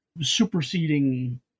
superseding